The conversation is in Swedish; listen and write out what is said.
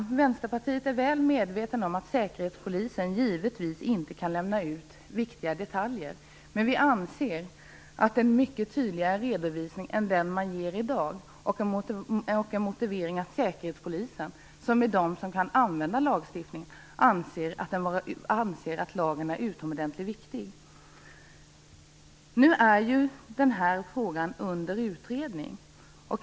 Vi i Vänsterpartiet är väl medvetna om att säkerhetspolisen givetvis inte kan lämna ut viktiga detaljer, men vi anser att en mycket tydligare redovisning än den man ger i dag behövs och att motiveringen att säkerhetspolisen, som är de som kan använda lagstiftningen, anser att lagen är utomordentligt viktig inte räcker. Nu är ju den här frågan under utredning.